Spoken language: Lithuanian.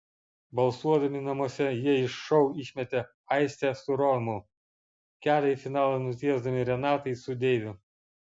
balsuodami namuose jie iš šou išmetė aistę su romu kelią į finalą nutiesdami renatai su deiviu